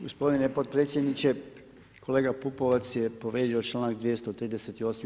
Gospodine potpredsjedniče, kolega Pupovac je povrijedio čl. 238.